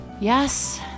Yes